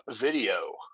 video